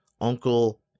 Uncle